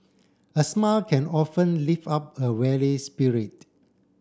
a smile can often lift up a weary spirit